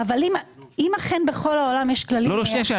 אם אכן בכל העולם יש כללים --- שנייה,